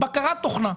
בקרת תוכנה.